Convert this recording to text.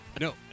No